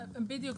בדיוק,